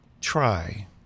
try